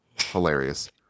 Hilarious